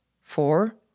four